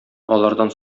алардан